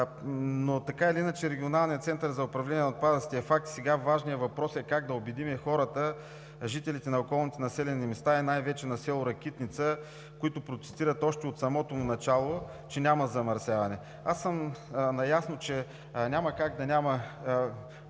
Така или иначе Регионалният център за управление на отпадъците е факт. Сега важният въпрос е как да убедим хората – жителите на околните населени места, и най-вече на село Ракитница, които протестират още от самото начало, че няма замърсяване. Аз съм наясно, че няма как да няма